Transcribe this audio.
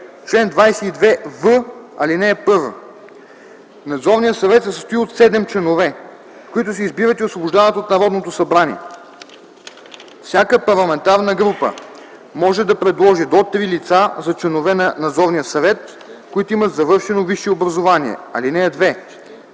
Чл. 22в. (1) Надзорният съвет се състои от 7 членове, които се избират и освобождават от Народното събрание. Всяка парламентарна група може да предложи до три лица за членове на надзорния съвет, които имат завършено висше образование. (2)